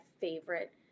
favorite